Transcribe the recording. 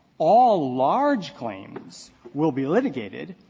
all large claims will be litigated,